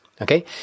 Okay